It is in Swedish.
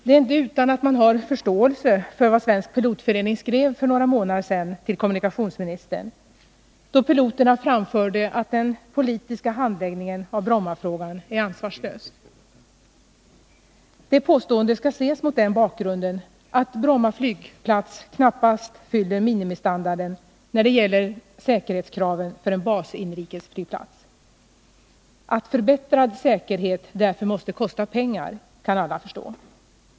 Det är inte utan att man har förståelse för vad Svensk pilotförening skrev för några månader sedan till kommunikationsministern, då piloterna framförde att den politiska handläggningen av Brommafrågan är ansvarslös. Detta påstående skall ses mot den bakgrunden att Bromma flygplats knappast fyller minimikraven när det gäller säkerhetsstandard för en bas-inrikesflygplats. Att förbättrad säkerhet därför måste kosta pengar kan alla förstå.